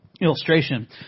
illustration